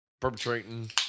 perpetrating